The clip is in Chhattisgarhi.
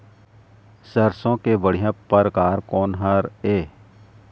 सरसों के बढ़िया परकार कोन हर ये?